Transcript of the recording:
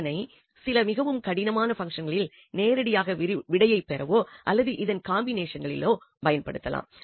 இதனை சில மிகவும் கடினமான பங்சன்களில் நேரடியாக விடையை பெறவோ அல்லது இதன் காம்பினேஷன்களிலோ பயன்படுத்தலாம்